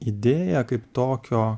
idėją kaip tokio